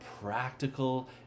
practical